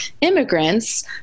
immigrants